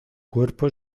cuerpo